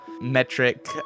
metric